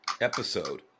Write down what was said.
episode